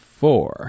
four